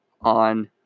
on